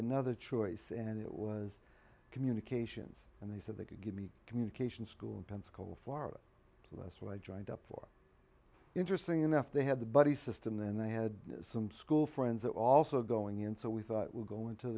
another choice and it was communications and they said they could give me communications school in pensacola florida that's where i joined up was interesting enough they had the buddy system then i had some school friends are also going in so we thought we're goin